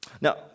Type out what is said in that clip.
Now